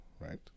Right